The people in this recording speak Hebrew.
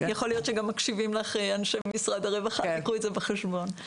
יכול להיות שגם מקשיבים לכם אנשי משרד הרווחה וייקחו את זה בחשבון.